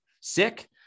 sick